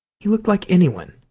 he looked like anyone.